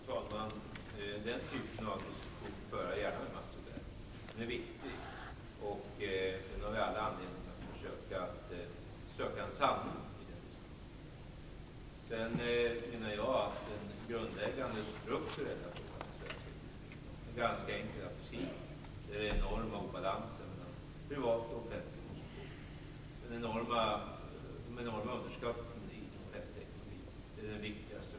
Fru talman! Den typen av diskussion för jag gärna med Mats Odell. Den är viktig, och vi har alla anledning att försöka söka en sanning i den diskussionen. Jag menar att den strukturella frågan i svensk ekonomi i dag är ganska enkel att beskriva. Det är den enorma obalansen mellan privat och offentlig konsumtion. De enorma underskotten i den offentliga ekonomin är det viktigaste problemet.